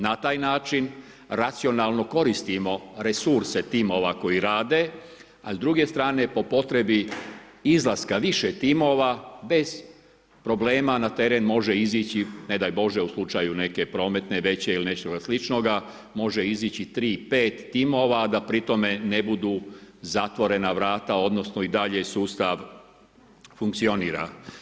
Na taj način racionalno koristimo resurse timova koji rade, a s druge strane po potrebi izlaska više timova bez problema na teren može izići, ne daj Bože u slučaju neke prometne veće ili nečega sličnoga može izići 3, 5 timova, a da pri tome ne budu zatvorena vrata, odnosno i dalje sustav funkcionira.